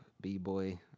b-boy